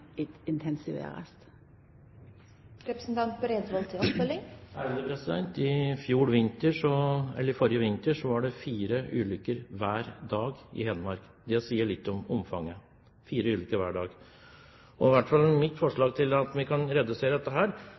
forrige vinter var det fire ulykker hver dag i Hedmark. Det sier litt om omfanget – fire ulykker hver dag. Og mitt forslag for å redusere dette er